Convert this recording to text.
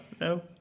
No